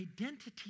identity